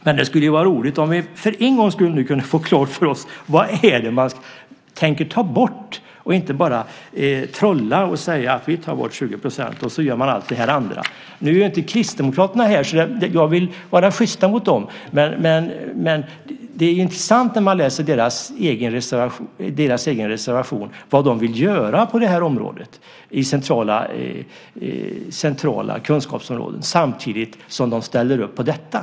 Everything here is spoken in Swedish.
Men det skulle vara roligt om vi för en gångs skull nu kunde få klart för oss vad det är som man tänker ta bort och att man inte bara försöker trolla och säga att man ska ta bort 20 poäng och sedan gör allt det andra. Nu är inte Kristdemokraterna här. Och jag vill vara sjyst mot dem. Men det är intressant att läsa i deras reservation vad de vill göra på centrala kunskapsområden samtidigt som de ställer upp på detta.